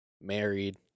married